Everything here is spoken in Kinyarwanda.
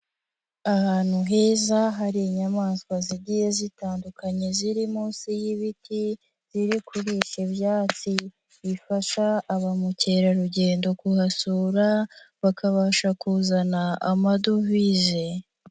Ahantu heza hari inyamaswa zigiye zitandukanye ziri munsi y'ibiti, ziri kurisha ibyatsi, bifasha abamukerarugendo kuhasura, bakabasha kuzana amadovize.